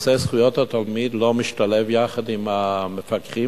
ונושא זכויות התלמיד לא משתלב יחד עם המפקחים,